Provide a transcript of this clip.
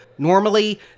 Normally